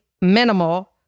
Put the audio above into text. minimal